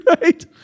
right